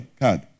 card